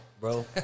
bro